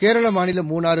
கேரள மாநிலம் மூணாறு